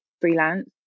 freelance